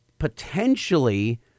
potentially